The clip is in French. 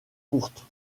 courtes